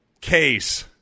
case